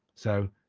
so,